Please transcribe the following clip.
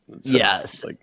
Yes